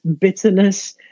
bitterness